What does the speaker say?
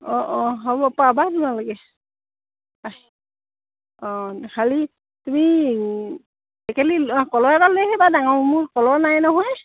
অঁ অঁ হ'ব পাবা তোমালোকে অঁ খালী তুমি টেকেলি কলহ এটা লৈ আহিবা ডাঙৰ মোৰ কলহ নাই নহয়